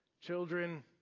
children